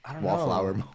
Wallflower